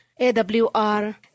AWR